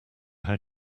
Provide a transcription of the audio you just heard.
how